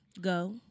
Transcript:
Go